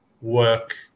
work